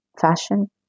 fashion